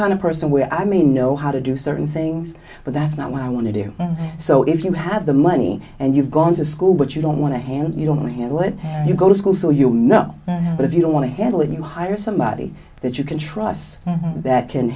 kind of person where i may know how to do certain things but that's not what i want to do so if you have the money and you've gone to school but you don't want to hand you don't have would you go to school so you know but if you don't want to handle it you hire somebody that you can trust that can